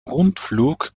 rundflug